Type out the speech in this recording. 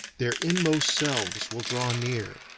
their inmost selves will draw near,